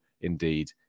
indeed